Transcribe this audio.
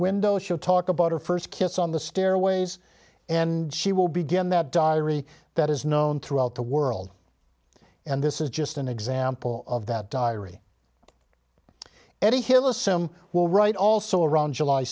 window she'll talk about her first kiss on the stairways and she will begin that diary that is known throughout the world and this is just an example of that diary any hyllus some will write also around july